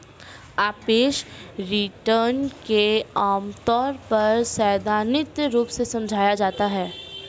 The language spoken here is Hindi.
सापेक्ष रिटर्न को आमतौर पर सैद्धान्तिक रूप से समझाया जाता है